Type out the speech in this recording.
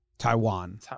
Taiwan